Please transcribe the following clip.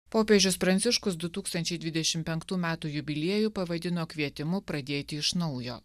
popiežius pranciškus du tūkstančiai dvidešimt penktų metų jubiliejų pavadino kvietimu pradėti iš naujo